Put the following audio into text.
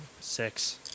Six